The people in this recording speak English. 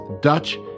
Dutch